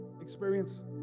experience